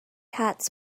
hats